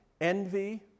envy